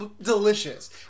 Delicious